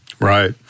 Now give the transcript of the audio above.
Right